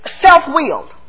Self-willed